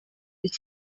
iki